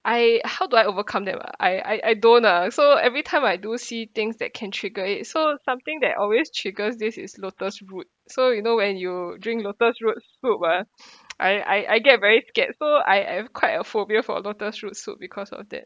I how do I overcome them ah I I I don't ah so every time I do see things that can trigger it so something that always triggers this is lotus root so you know when you drink lotus root soup ah I I I get very scared so I have quite a phobia for lotus root soup because of it